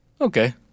Okay